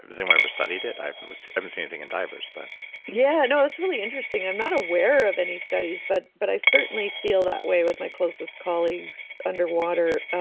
has anyone ever studied i haven't haven't seen anything in divers, but yeah. no. that's really interesting. i'm not aware of any studies, but but i certainly feel that way with my closest colleagues underwater.